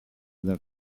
dal